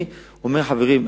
חברים,